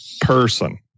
person